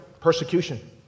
Persecution